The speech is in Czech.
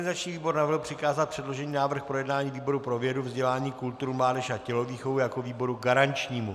Organizační výbor navrhl přikázat předložený návrh k projednání výboru pro vědu, vzdělání, kulturu, mládež a tělovýchovu jako výboru garančnímu.